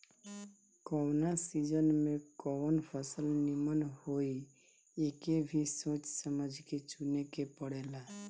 कवना सीजन में कवन फसल निमन होई एके भी सोच समझ के चुने के पड़ेला